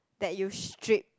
that you strip